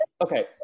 okay